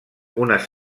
unes